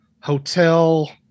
Hotel